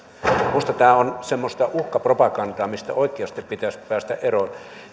minusta tämä on semmoista uhkapropagandaa mistä oikeasti pitäisi päästä eroon